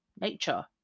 nature